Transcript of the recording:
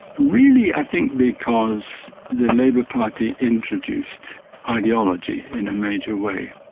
really i think because the labor party introduced ideology in a major way.